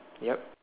yup